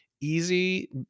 easy